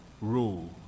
rule